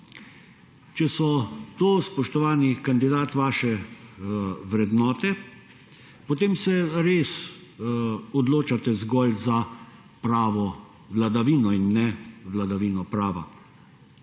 Če so to, spoštovani kandidat, vaše vrednote, potem se res odločate zgolj za pravo vladavino in ne vladavino prava.